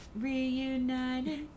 Reunited